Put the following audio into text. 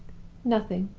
nothing.